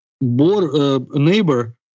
neighbor